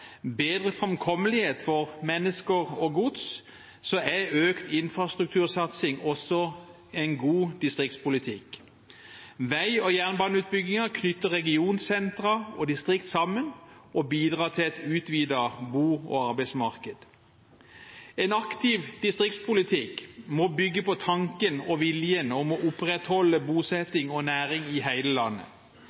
bedre framkommelighet for mennesker og gods er økt infrastruktursatsing også en god distriktspolitikk. Vei- og jernbaneutbyggingen knytter regionsentre og distrikter sammen og bidrar til et utvidet bo- og arbeidsmarked. En aktiv distriktspolitikk må bygge på tanken om og viljen til å opprettholde bosetting og næring i hele landet.